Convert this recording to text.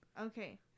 okay